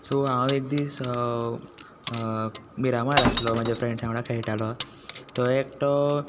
so हांव एक दीस मिरामार आसलो म्हाज्या फ्रॅण्सां वांगडा खेळटालो थंय एकटो